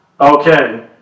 Okay